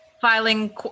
Filing